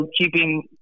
keeping